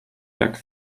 jak